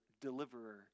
Deliverer